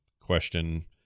Question